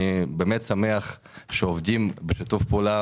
אני באמת שמח שעובדים בשיתוף פעולה,